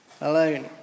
alone